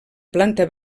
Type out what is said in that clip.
planta